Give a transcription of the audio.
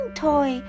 toy